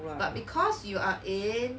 but because you are in